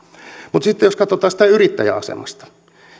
mutta sitten jos katsotaan sitä yrittäjän asemasta